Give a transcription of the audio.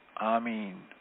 Amen